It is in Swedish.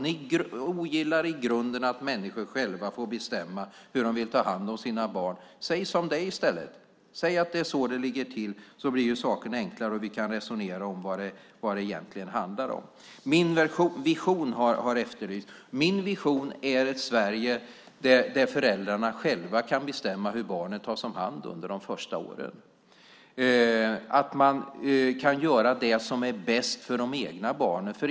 Ni ogillar i grunden att människor själva får bestämma hur de vill ta hand om sina barn. Säg som det är i stället! Säg att det är så det ligger till! Då blir saken enklare, och vi kan resonera om vad det egentligen handlar om. Min vision har efterlysts. Min vision är ett Sverige där föräldrarna själva kan bestämma hur barnet tas om hand under de första åren. Det handlar om att man kan göra det som är bäst för de egna barnen.